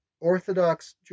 Orthodox